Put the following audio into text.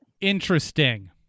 Interesting